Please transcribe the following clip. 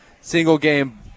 single-game